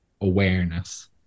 awareness